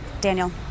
daniel